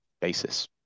basis